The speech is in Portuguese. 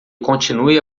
continue